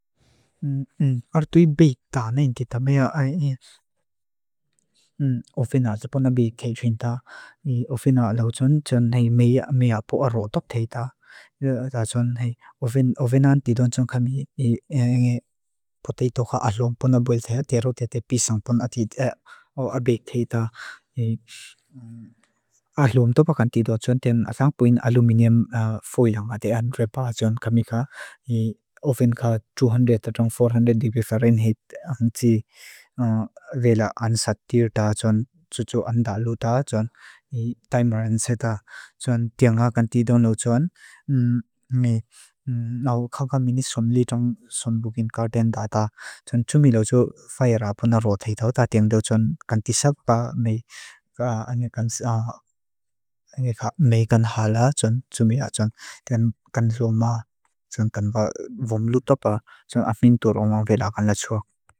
Ar tui beita neinti ta. Mea ae ovena atsa pona beik keit rinda. I ovena lau tsun tsun hei mea pua rotop theita. Ta tsun hei ovenan tido tsun kami inge potaito ka ahlom pona boel thea. Tia rotete pisang pona ati ar beik keita. Ta ahlom topa kan tido tsun ten atang puin aluminium foil ang atean repa tsun kami ka. I oven ka two hundred tsun four hundred degree Fahrenheit ang tsi vela ansatir ta tsun tsutu anda lu ta tsun i timer anseta tsun tianga kan tido lau tsun. Ngaew kakamini tsun litong tsun bukin karden ta ta tsun tsumi lau tsun faya ra pona rotaito ta tingdo tsun kan tisak pa meakan hala tsun tsumi a tsun ten kan loma tsun kan va vom lutop pa tsun afintur awang vela kan la tsua.